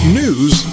news